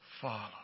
Follow